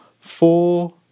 four